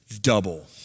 double